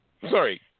sorry